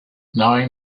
knowing